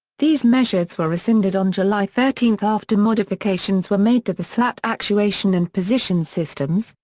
these measures were rescinded on july thirteen after modifications were made to the slat actuation and position systems,